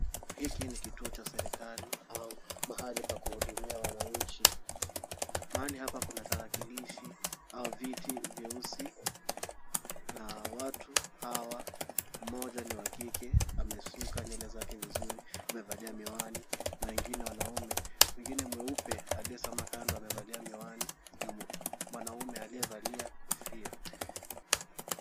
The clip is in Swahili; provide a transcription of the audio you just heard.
Hiki ni kituo cha serikali au mahali pa kuhudumia wananchi. Mahali hapa kuna tarakilishi au viti vyeusi na watu hawa mmoja ni wa kike amesuka nywele zake vizuri, amevalia miwani na wengine wanaume. Mwingine mweupe aliyesimama kando amevalia miwani na mwanaume aliyevalia kofia.